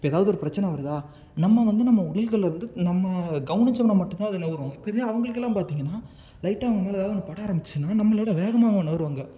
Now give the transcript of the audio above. இப்போ எதாவது ஒரு பிரச்சனை வருதா நம்ம வந்து நம்ம உடல்கள்லேருந்து நம்ம கவனிச்சம்னா மட்டும் தான் வரும் இப்போ இதே அவங்களுக்கெல்லாம் பார்த்திங்கன்னா லைட்டாக அவங்க மேலே எதாவது ஒன்று பட ஆரம்பிச்சிச்சுனா நம்மளோடய வேகமான அவங்க நகருவாங்க